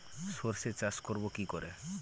সর্ষে চাষ করব কি করে?